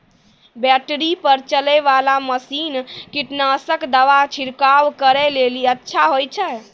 Battery पर चलै वाला मसीन कीटनासक दवा छिड़काव करै लेली अच्छा होय छै?